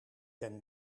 ten